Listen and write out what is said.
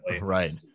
Right